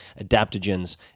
adaptogens